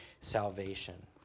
salvation